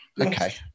Okay